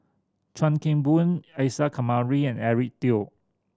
Chuan Keng Boon Isa Kamari and Eric Teo